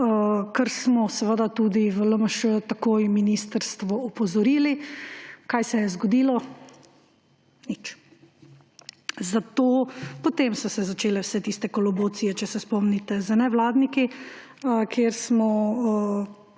kar smo tudi v LMŠ takoj ministrstvo opozorili. Kaj se je zgodilo? Nič. Potem so se začele vse tiste kolobocije, če se spomnite z nevladniki, kjer bi